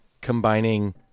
combining